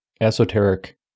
esoteric